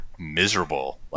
miserable